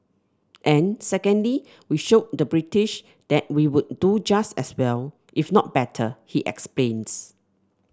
and secondly we showed the British that we would do just as well if not better he explains